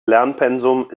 lernpensum